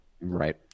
Right